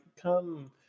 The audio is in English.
come